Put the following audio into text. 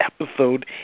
episode